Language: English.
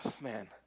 man